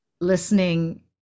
listening